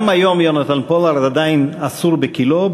גם היום יונתן פולארד עדיין אסור בכלאו,